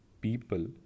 people